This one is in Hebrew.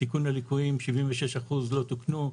תיקון הליקויים 76% לא תוקנו,